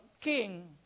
king